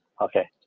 okay